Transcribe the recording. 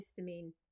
histamine